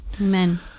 Amen